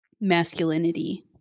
masculinity